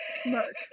smirk